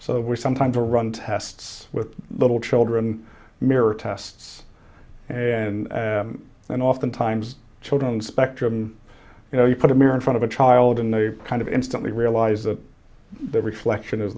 so were some time to run tests with little children mirror tests and and oftentimes children spectrum you know you put a mirror in front of a child and they kind of instantly realize that the reflection of